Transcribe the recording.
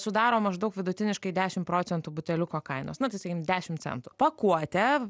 sudaro maždaug vidutiniškai dešimt procentų buteliuko kainos na tai sakykim dešimt centų pakuotė